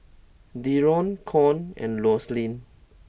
Darron Con and Roselyn